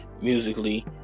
musically